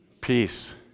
peace